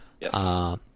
Yes